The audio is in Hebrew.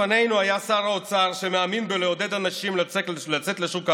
לפנינו היה שר אוצר שמאמין בלעודד אנשים לצאת לשוק העבודה,